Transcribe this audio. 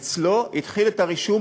אצלו התחיל את הרישום,